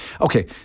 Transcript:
Okay